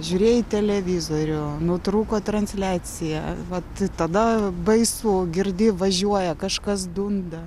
žiūrėjai televizorių nutrūko transliacija vat tai tada baisu girdi važiuoja kažkas dunda